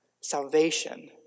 salvation